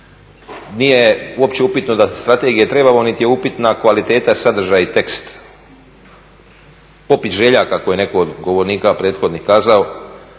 Nije uopće upitno da strategije trebamo, niti je upitna kvaliteta, sadržaj i tekst, popis želja kako je netko od govornika prethodnih kazao.